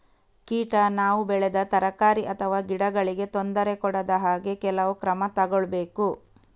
ಕೀಟ ನಾವು ಬೆಳೆದ ತರಕಾರಿ ಅಥವಾ ಗಿಡಗಳಿಗೆ ತೊಂದರೆ ಕೊಡದ ಹಾಗೆ ಕೆಲವು ಕ್ರಮ ತಗೊಳ್ಬೇಕು